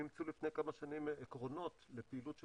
אימצו לפני כמה שנים עקרונות לפעילות של